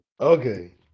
okay